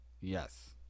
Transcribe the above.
Yes